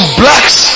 blacks